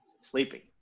Sleeping